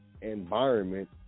environment